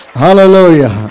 hallelujah